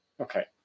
Okay